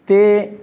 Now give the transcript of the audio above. ते